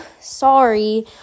sorry